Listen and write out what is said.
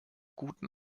guten